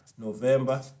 November